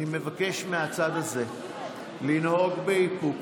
אני מבקש מהצד הזה לנהוג באיפוק,